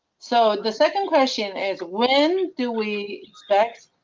so the second question is when do we expect